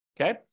Okay